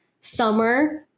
summer